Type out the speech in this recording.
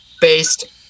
based